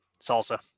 salsa